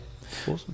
Awesome